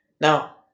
Now